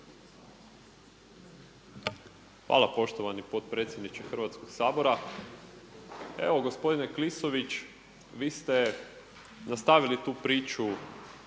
Hvala poštovani potpredsjedniče Hrvatskog sabora. Evo gospodine Klisović, vi ste nastavili tu priču